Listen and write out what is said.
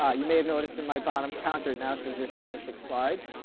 ah you may have noticed in my bottom counter analysis. there's twenty six slides.